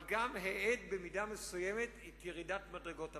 אבל גם האט במידה מסוימת את ירידת מדרגות המס.